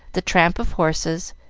the tramp of horses,